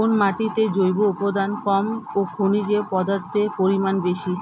কোন মাটিতে জৈব উপাদান কম ও খনিজ পদার্থের পরিমাণ বেশি?